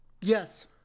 Yes